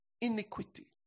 iniquity